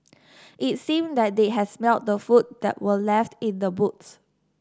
it seemed that they had smelt the food that were left in the boots